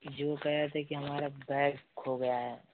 यह कह रहे थे कि हमारा बैग खो गया है